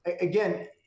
again